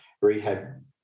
rehab